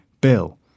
bill